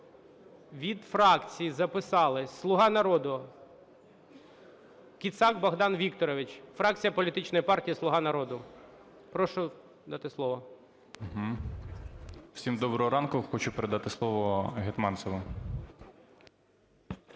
Від фракцій записались: "Слуга народу", Кицак Богдан Вікторович, фракція політичної партії "Слуга народу". Прошу дати слово. 10:06:58 КИЦАК Б.В. Всім доброго ранку! Хочу передати слово Гетманцеву.